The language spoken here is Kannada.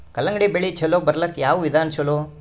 ಕಲ್ಲಂಗಡಿ ಬೆಳಿ ಚಲೋ ಬರಲಾಕ ಯಾವ ವಿಧಾನ ಚಲೋ?